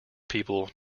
people